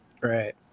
Right